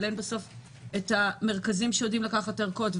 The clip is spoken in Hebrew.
אבל אין בסוף את המרכזים שיודעים לקחת את הערכות,